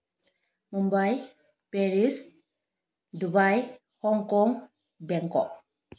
Mumbai Paris Dubai Hong Kong Bangkok